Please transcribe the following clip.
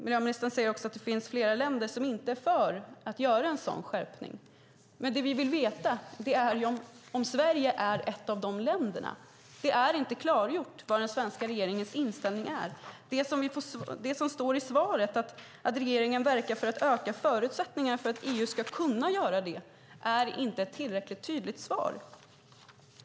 Miljöministern säger också att det finns flera länder som inte är för en sådan skärpning. Det vi vill veta är om Sverige är ett av de länderna. Det är inte klargjort vad den svenska regeringens inställning är. Det som står i svaret, att regeringen verkar för att öka förutsättningarna för att EU ska kunna göra det, är inte ett tillräckligt tydligt svar.